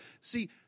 See